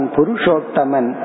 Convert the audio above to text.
Purushottaman